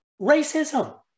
Racism